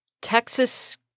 Texas